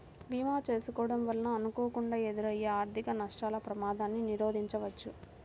భీమా చేసుకోడం వలన అనుకోకుండా ఎదురయ్యే ఆర్థిక నష్టాల ప్రమాదాన్ని నిరోధించవచ్చు